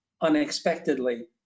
unexpectedly